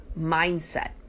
mindset